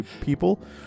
people